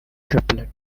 triplet